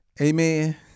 Amen